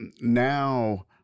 now